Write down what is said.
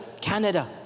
Canada